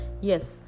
yes